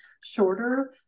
shorter